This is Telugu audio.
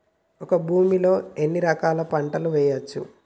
ఒక భూమి లో ఎన్ని రకాల పంటలు వేయచ్చు?